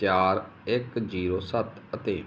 ਚਾਰ ਇੱਕ ਜੀਰੋ ਸੱਤ ਅਤੇ